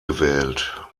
gewählt